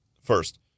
First